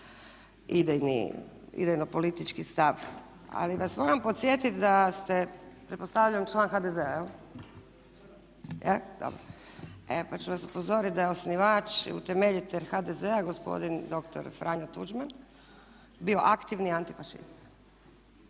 idejno politički stav. Ali vas moram podsjetiti da ste pretpostavljam član HDZ-a? Je. Dobro. Pa ću vas upozoriti da je osnivač i utemeljitelj HDZ-a, gospodin dr. Franjo Tuđman bio aktivni antifašist.